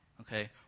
okay